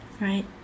Right